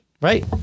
Right